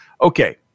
Okay